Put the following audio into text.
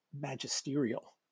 magisterial